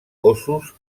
ossos